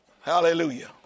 Hallelujah